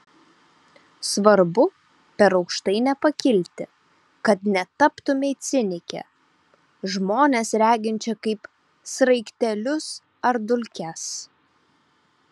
svarbu per aukštai nepakilti kad netaptumei cinike žmones reginčia kaip sraigtelius ar dulkes